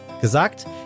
Gesagt